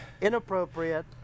Inappropriate